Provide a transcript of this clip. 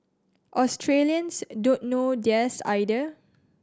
Australians don't know theirs either